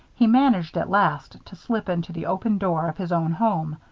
he managed at last to slip into the open door of his own home,